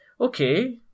Okay